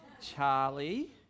Charlie